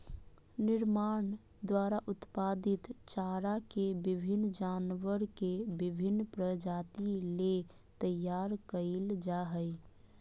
निर्माण द्वारा उत्पादित चारा के विभिन्न जानवर के विभिन्न प्रजाति ले तैयार कइल जा हइ